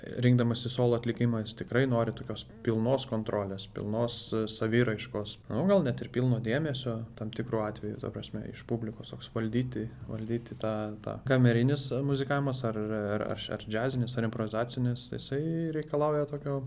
rinkdamasi solo atlikimą jis tikrai nori tokios pilnos kontrolės pilnos saviraiškos nu gal net ir pilno dėmesio tam tikru atveju ta prasme iš publikos toks valdyti valdyti tą tą kamerinis muzikavimas ar ar ar š džiazinis ar improvizacinis jisai reikalauja tokio